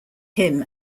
him